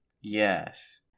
Yes